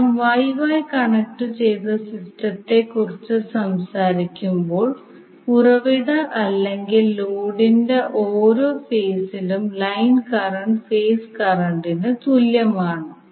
കാരണം YY കണക്റ്റുചെയ്ത സിസ്റ്റത്തെക്കുറിച്ച് സംസാരിക്കുമ്പോൾ ഉറവിട അല്ലെങ്കിൽ ലോഡിന്റെ ഓരോ ഫേസിലും ലൈൻ കറന്റ് ഫേസ് കറന്റിന് തുല്യമാണ്